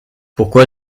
pourquoi